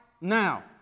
now